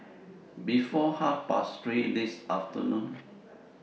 before Half Past three This afternoon